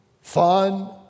fun